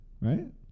Right